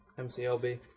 MCLB